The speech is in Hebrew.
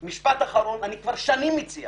אני כבר שנים מציע